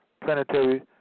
planetary